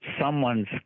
someone's